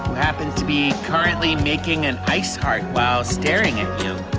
who happens to be currently making an ice heart while staring at you.